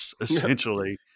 essentially